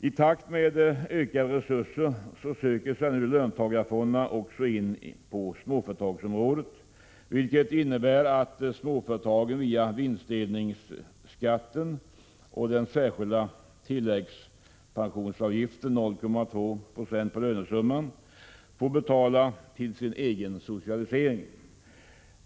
I takt med ökade resurser söker sig nu löntagarfonderna också in på småföretagsområdet, vilket innebär att småföretagen via vinstdelningsskatten och den särskilda tilläggspensionsavgiften, 0,2 26 på lönesumman, får betala till sin egen socialisering.